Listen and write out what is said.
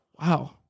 Wow